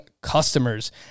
customers